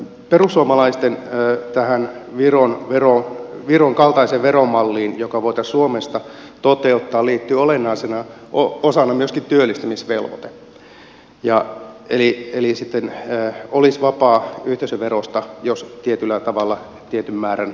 perussuomalaisten viron kaltaiseen veromalliin joka voitaisiin suomessa toteuttaa liittyy olennaisena osana myöskin työllistämisvelvoite eli olisi vapaa yhteisöverosta jos tietyllä tavalla tietyn määrän työllistää